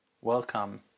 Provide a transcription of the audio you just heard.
welcome